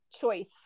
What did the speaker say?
choice